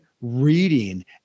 reading